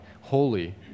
holy